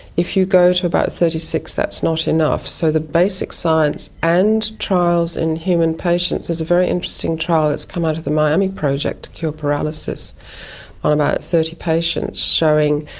if you go to about thirty six, that's not enough. so the basic science and trials in human patients, there's a very interesting trial that's come out of the miami project to cure paralysis on about thirty patients showing,